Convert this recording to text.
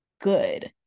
good